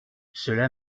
cela